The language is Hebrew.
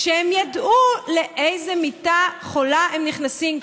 כשהם ידעו לאיזו מיטה חולה הם נכנסים,